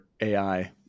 AI